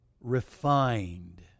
refined